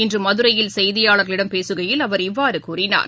இன்று மதுரையில் செய்தியாளர்களிடம் பேசுகையில் அவர் இவ்வாறு கூறினார்